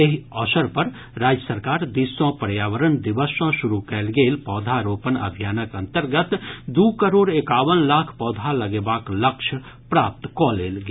एहि अवसर पर राज्य सरकार दिस सँ पर्यावरण दिवस सँ शुरू कयल गेल पौधा रोपण अभियानक अंतर्गत दू करोड़ एकावन लाख पौधा लगेबाक लक्ष्य प्राप्त कऽ लेल गेल